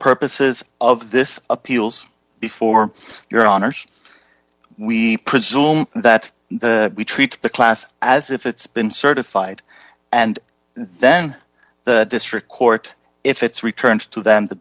purposes of this appeals before your honor's we presume that we treat the class as if it's been certified and then the district court if it's returned to them th